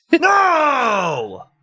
No